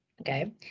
okay